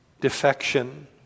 defection